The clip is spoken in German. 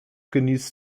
genießt